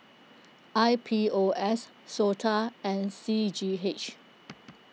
I P O S Sota and C G H